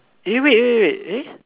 eh wait wait wait eh